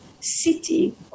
city